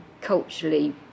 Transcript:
culturally